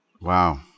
Wow